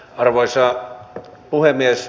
arvoisa puhemies